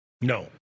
No